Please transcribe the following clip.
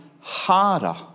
harder